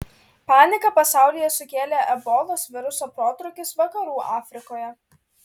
paniką pasaulyje sukėlė ebolos viruso protrūkis vakarų afrikoje